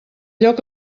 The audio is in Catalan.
lloc